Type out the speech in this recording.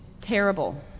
terrible